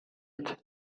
ning